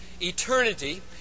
eternity